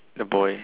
the boy